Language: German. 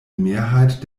mehrheit